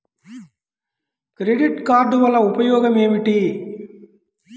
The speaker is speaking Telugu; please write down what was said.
క్రెడిట్ కార్డ్ వల్ల ఉపయోగం ఏమిటీ?